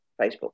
facebook